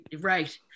right